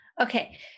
Okay